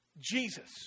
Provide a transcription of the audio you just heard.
Jesus